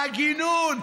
על הגינון,